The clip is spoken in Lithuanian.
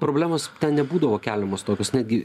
problemos nebūdavo keliamos tokios netgi